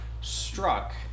struck